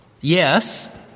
Yes